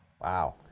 Wow